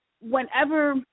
whenever